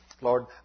Lord